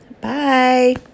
Bye